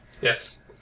Yes